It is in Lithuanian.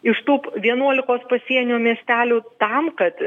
iš tų vienuolikos pasienių miestelių tam kad